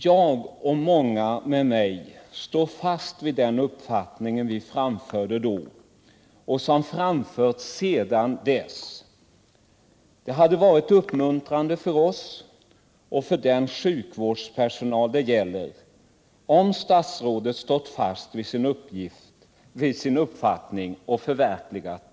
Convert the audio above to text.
Jag och många med mig står fast vid den upp RT CN aborter fattning vi framförde då och som framförts sedan dess. Det hade varit uppmuntrande för oss och för den sjukvårdspersonal det gäller om statsrådet stått fast vid sin uppfattning och förverkligat den.